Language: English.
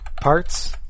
parts